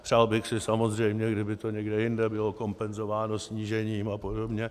Přál bych si samozřejmě, kdyby to někde jinde bylo kompenzováno snížením a podobně.